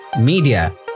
media